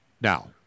now